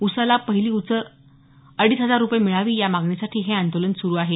ऊसाला पहिली उचल अडीच हजार रुपये मिळावी या मागणीसाठी हे आंदोलन सुरू आहे